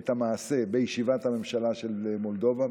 את המעשה בישיבת הממשלה של מולדובה,